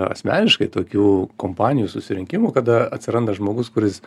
asmeniškai tokių kompanijų susirinkimų kada atsiranda žmogus kuris